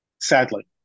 Sadly